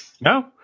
No